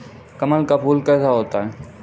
कमल का फूल कैसा होता है?